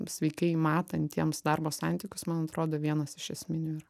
sveikai matantiems darbo santykius man atrodo vienas iš esminių yra